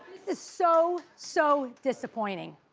this is so, so disappointing.